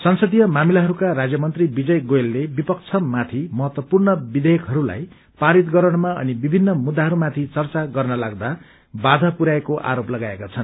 संसदीय मामिलाहरूका राज्य मन्त्री विजय गोयतले विपक्षमाथि महत्वपूर्ण विषेयकहस्ताई पारित गराउनमा अनि विभिन्न मुद्दामहस्त्रमाथि चर्चा गर्न लाग्दा बाधा पुरयाएक्वे आरोप लगाएका छन्